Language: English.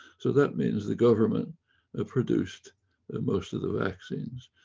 so that means the government ah produced and most of the vaccines,